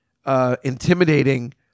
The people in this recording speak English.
Intimidating